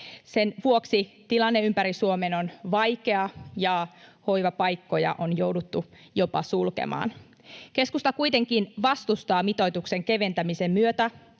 Sen vuoksi tilanne ympäri Suomen on vaikea ja hoivapaikkoja on jouduttu jopa sulkemaan. Keskusta kuitenkin vastustaa mitoituksen keventämisen myötä